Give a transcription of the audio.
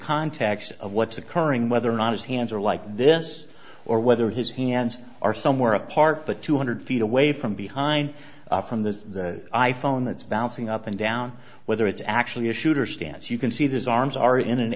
context of what's occurring whether or not his hands are like this or whether his hands are somewhere apart but two hundred feet away from behind from the i phone that's bouncing up and down whether it's actually a shooter stance you can see those arms are in an